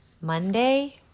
Monday